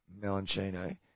Melanchino